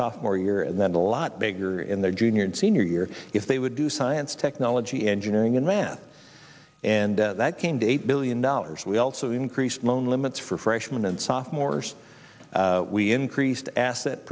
sophomore year and then a lot bigger in their junior and senior year if they would do science technology engineering and math and that came to eight billion dollars we also increased loan limits for freshmen and sophomores we increased asset